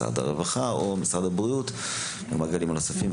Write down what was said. משרד הרווחה או משרד הבריאות ומשרדים אחרים.